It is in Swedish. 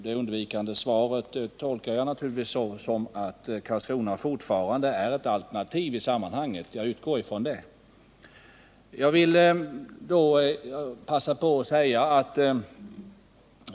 Det undvikande svaret tolkar jag naturligtvis så, att Karlskrona fortfarande är ett alternativ i sammanhanget. — Jag utgår från det.